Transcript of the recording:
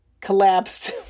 collapsed